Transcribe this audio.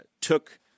took